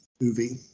movie